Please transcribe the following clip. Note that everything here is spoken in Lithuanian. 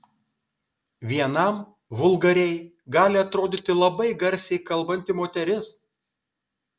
vienam vulgariai gali atrodyti labai garsiai kalbanti moteris